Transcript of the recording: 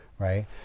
right